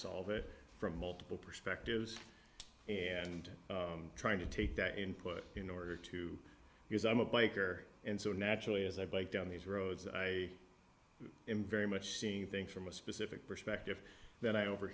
solve it from multiple perspectives and trying to take that input in order to use i'm a biker and so naturally as i bike down these roads i am very much seeing things from a specific perspective that i over